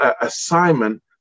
assignment